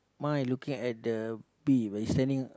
mine looking at the bee when standing